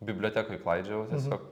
bibliotekoj klaidžiojau tiesiog